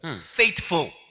faithful